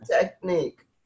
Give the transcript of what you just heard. technique